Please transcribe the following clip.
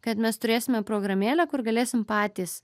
kad mes turėsime programėlę kur galėsim patys